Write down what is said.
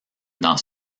dans